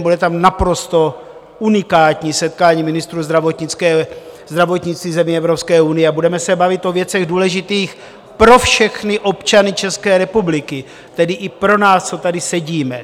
Bude tam naprosto unikátní setkání ministrů zdravotnictví zemí Evropské unie a budeme se bavit o věcech důležitých pro všechny občany České republiky, tedy i pro nás, co tady sedíme.